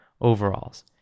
overalls